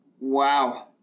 Wow